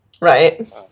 Right